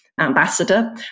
ambassador